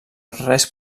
res